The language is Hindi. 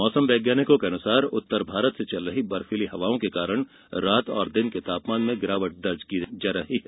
मौसम वैज्ञानिकों के अनुसार उत्तर भारत से चल रही बर्फीली हवाओं के कारण रात और दिन के तापमान में गिरावट दर्ज की जा रही है